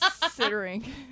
Considering